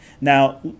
now